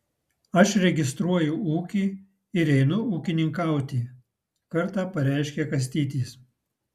aš registruoju ūkį ir einu ūkininkauti kartą pareiškė kastytis